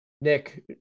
Nick